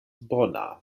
bona